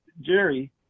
Jerry